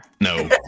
No